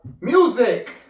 Music